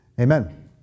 amen